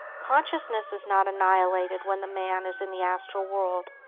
consciousness is not annihilated when the man is in the astral world,